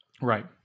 Right